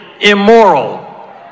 immoral